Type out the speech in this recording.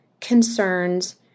concerns